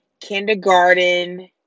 kindergarten